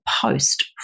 post